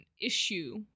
issue